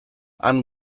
han